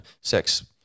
sex